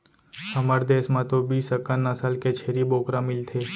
हमर देस म तो बीस अकन नसल के छेरी बोकरा मिलथे